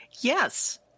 Yes